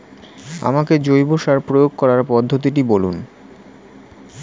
আমাকে জৈব সার প্রয়োগ করার পদ্ধতিটি বলুন?